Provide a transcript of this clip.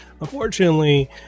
unfortunately